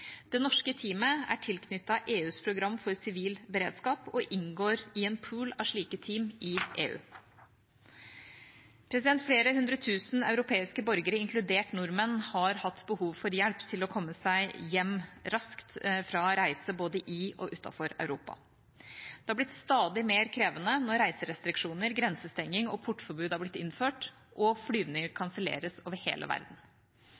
Det norske teamet er tilknyttet EUs program for sivil beredskap og inngår i en pool av slike team i EU. Flere hundre tusen europeiske borgere, inkludert nordmenn, har hatt behov for hjelp til å komme seg raskt hjem fra reise både i og utenfor Europa. Det har blitt stadig mer krevende når reiserestriksjoner, grensestengning og portforbud er blitt innført, og flyvninger kanselleres over hele verden.